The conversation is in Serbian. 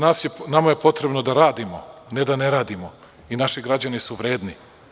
Nama je potrebno da radimo, ne da ne radimo i naši građani su vredni.